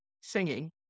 singing